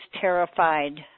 terrified